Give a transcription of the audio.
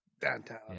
downtown